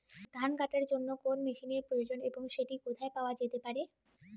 ধান কাটার জন্য কোন মেশিনের প্রয়োজন এবং সেটি কোথায় পাওয়া যেতে পারে?